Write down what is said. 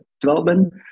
development